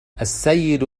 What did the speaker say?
السيد